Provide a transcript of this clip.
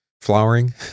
flowering